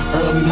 Early